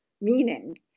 meaning